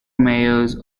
mayors